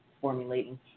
formulating